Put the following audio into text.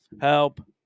Help